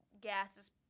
gases